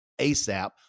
ASAP